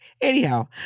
anyhow